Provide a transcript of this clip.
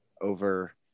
Over